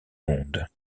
monde